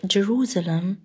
Jerusalem